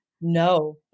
No